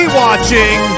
watching